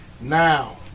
now